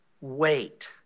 wait